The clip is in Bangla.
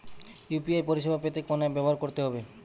ইউ.পি.আই পরিসেবা পেতে কোন অ্যাপ ব্যবহার করতে হবে?